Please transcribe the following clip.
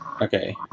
Okay